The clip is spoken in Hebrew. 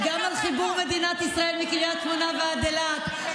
וגם על חיבור מדינת ישראל מקריית שמונה ועד אילת,